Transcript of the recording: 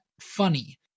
funny